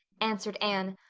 answered anne,